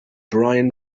brian